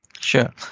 Sure